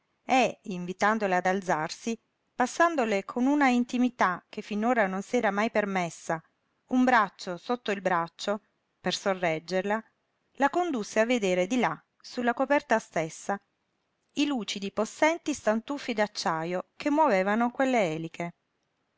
e invitandola ad alzarsi passandole con una intimità che finora non s'era mai permessa un braccio sotto il braccio per sorreggerla la condusse a vedere di là su la coperta stessa i lucidi possenti stantuffi d'acciajo che movevano quelle eliche